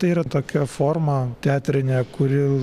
tai yra tokia forma teatrinė kuri